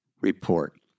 report